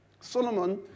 Solomon